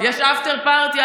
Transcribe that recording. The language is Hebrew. יש אפטר פרטי,